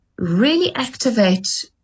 reactivate